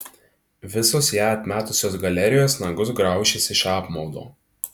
visos ją atmetusios galerijos nagus graušis iš apmaudo